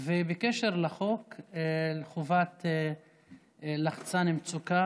ובקשר לחוק חובת לחצן מצוקה